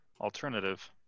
alternative